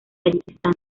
tayikistán